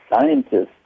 scientists